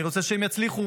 אני רוצה שהם יצליחו,